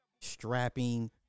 Strapping